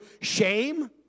shame